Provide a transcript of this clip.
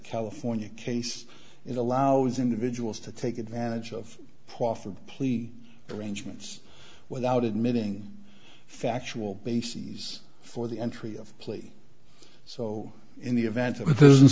california case it allows individuals to take advantage of proffer plea arrangements without admitting factual bases for the entry of plea so in the event of th